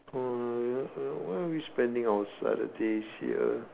oh why are we spending our Saturdays here